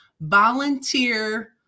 volunteer